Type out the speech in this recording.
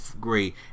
great